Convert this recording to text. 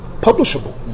publishable